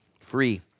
free